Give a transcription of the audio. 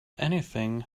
anything